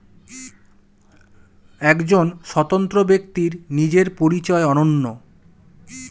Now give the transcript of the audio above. একজন স্বতন্ত্র ব্যক্তির নিজের পরিচয় অনন্য